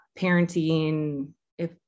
Parenting—if